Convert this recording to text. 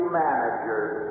managers